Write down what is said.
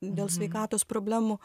dėl sveikatos problemų